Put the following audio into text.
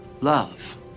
Love